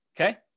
okay